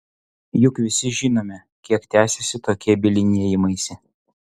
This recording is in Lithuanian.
juk visi žinome kiek tęsiasi tokie bylinėjimaisi